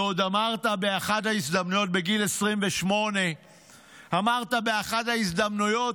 ועוד בגיל 28. אמרת באחת ההזדמנויות: